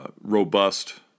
robust